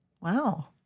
Wow